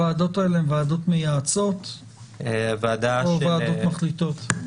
אלה הן ועדות מייעצות או ועדות מחליטות?